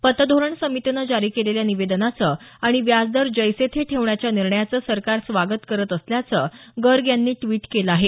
पतधोरण समितीनं जारी केलेल्या निवेदनाचं आणि व्याजदर जैसे थे ठेवण्याच्या निर्णयाचं सरकार स्वागत करत असल्याचं गर्ग यांनी ट्वीट केलं आहे